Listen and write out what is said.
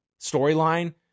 storyline